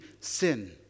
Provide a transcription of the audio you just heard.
sin